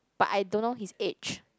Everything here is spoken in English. but I don't know his age